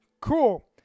Cool